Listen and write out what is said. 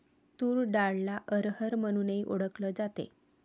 तूर डाळला अरहर म्हणूनही ओळखल जाते